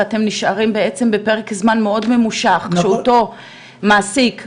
ואתם נשארים בעצם בפרק זמן מאוד ממושך שאותו מעסיק לא מטופל.